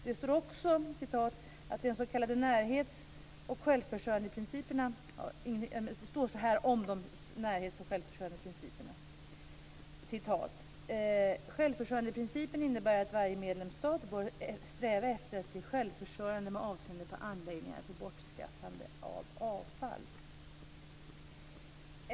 Det står också om närhets och självförsörjandeprinciperna: "- självförsörjandeprincipen innebär att varje medlemsstat bör sträva efter att bli självförsörjande med avseende på anläggningar för bortskaffande av avfall.